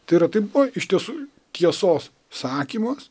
tai yra tai buvo iš tiesų tiesos sakymas